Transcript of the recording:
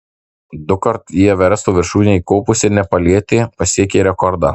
dukart į everesto viršūnę įkopusi nepalietė pasiekė rekordą